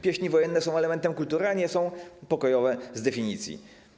Pieśni wojenne są elementem kultury, a nie są pokojowe z definicji.